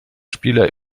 spieler